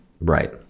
right